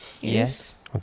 Yes